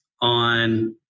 on